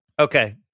Okay